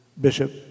bishop